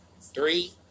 Three